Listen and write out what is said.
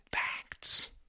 facts